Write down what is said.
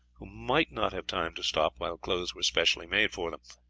who might not have time to stop while clothes were specially made for them.